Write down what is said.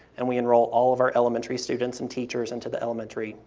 and we enroll all of our elementary students and teachers into the elementary,